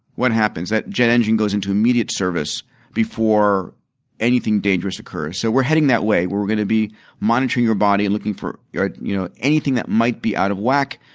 what happens? that jet engine goes into immediate service before anything dangerous occurs. so, we are heading that way. we are going to be monitoring your body and looking for you know anything that might be out of whack.